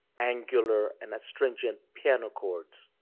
angular and astringent piano chords.